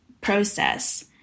process